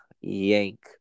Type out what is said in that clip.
yank